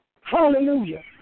hallelujah